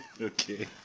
Okay